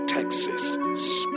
Texas